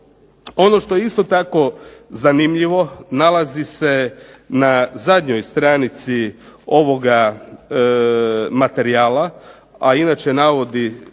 Ono što je isto tako zanimljivo nalazi se na zadnjoj stranici ovoga materijala, a inače se navodi